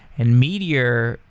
and meteor,